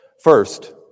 First